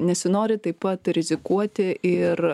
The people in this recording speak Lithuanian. nesinori taip pat rizikuoti ir